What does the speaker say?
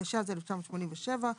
התשמ"ז-1987,